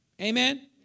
Amen